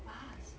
pass